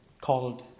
called